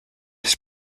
his